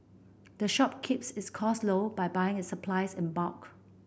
the shop keeps its costs low by buying its supplies in bulk